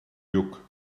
lluc